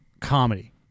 comedy